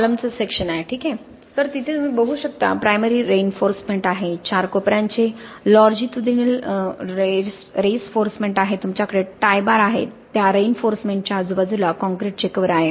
column चा section आहे ठीक आहे तर तिथे तुम्ही बघू शकता प्रायमरी रेन्फोर्समेंट आहे चार कोपऱ्यांचे लॉंजितुद्दीनल रेन्फोर्समेंट आहे तुमच्याकडे टाय बार आहेत त्या रेन्फोर्समेंट च्या आजू बाजूला कॉंन्क्रीट चे कव्हर आहे